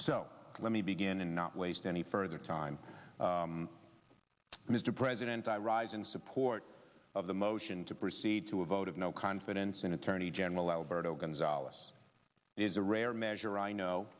so let me begin and not waste any further time mr president i rise in support of the motion to proceed to a vote of no confidence in attorney general alberto gonzales is a rare measure i know